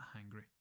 hungry